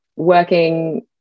working